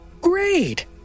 Great